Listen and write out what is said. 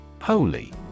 Holy